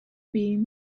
been